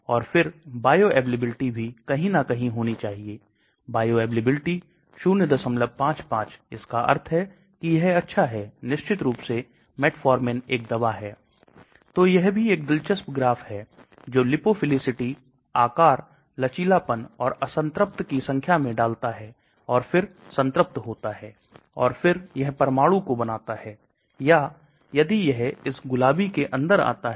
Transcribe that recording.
तो हम बात कर रहे हैं यह बहुत कम pH पेट में हो सकता है और यह छोटी आंत बड़ी आंत और colon इत्यादि तक चला जाता है इसलिए हम देखते हैं कि NSAID non steroidal anti inflammatory दवाओं के लिए जैसे Ketoprolen दूसरी दवा Naproxen के लिए निष्क्रिय प्रसार कम हो जाता हैफिर यह नीचे चला जाता है